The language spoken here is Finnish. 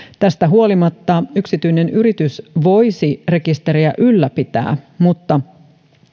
tästä huolimatta yksityinen yritys voisi rekisteriä ylläpitää mutta